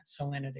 salinity